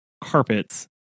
carpets